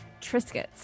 Triscuits